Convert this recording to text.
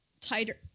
tighter